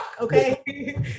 okay